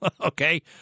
okay